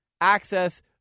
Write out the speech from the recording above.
access